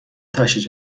تشییع